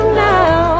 now